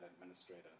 administrator